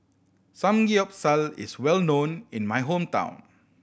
Samgeyopsal is well known in my hometown